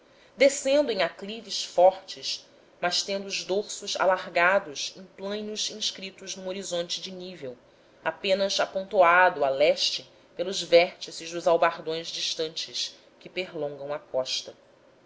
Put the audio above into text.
descendo em aclives fortes mas tendo os dorsos alargados em plainos inscritos num horizonte de nível apenas apontoado a leste pelos vértices dos albardões distantes que perlongam a costa